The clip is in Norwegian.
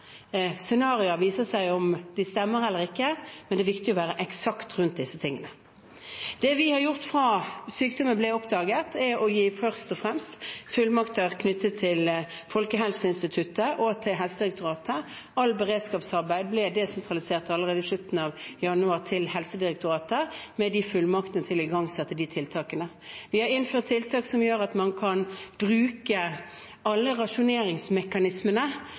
viser seg om scenarioer stemmer eller ikke, men det er viktig å være eksakt rundt disse tingene. Det vi har gjort fra da sykdommen ble oppdaget, er først og fremst å gi fullmakter til Folkehelseinstituttet og til Helsedirektoratet. Alt beredskapsarbeid ble desentralisert allerede i slutten av januar til Helsedirektoratet, med fullmakter til å igangsette disse tiltakene. Vi har innført tiltak som gjør at man kan bruke alle rasjoneringsmekanismene